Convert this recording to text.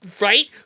Right